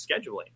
scheduling